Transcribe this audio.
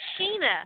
Sheena